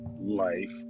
life